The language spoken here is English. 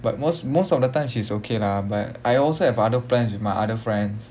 but most most of the time she's okay lah but I also have other plans with my other friends